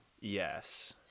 yes